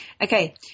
Okay